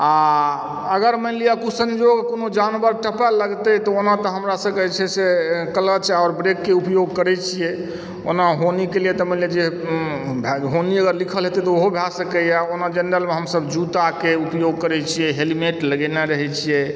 आ अगर मानि लिअ कुसंजोग कोनो जानवर टपय लगतै तऽ ओना तऽ हमरासभके जे छै से कलच आओर ब्रेकके उपयोग करैत छियै ओना होनी के लिअ तऽ मानि लिअ जे होनी अगर लिखल हेतय तऽ ओहो भए सकैए ओना जेनरलमऽ हमसभ जूताके उपयोग करैत छियै हेलमेट लगेने रहैत छियै